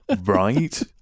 Right